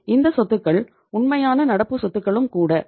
இந்த சொத்துக்கள் உண்மையான நடப்பு சொத்துகளும் கூட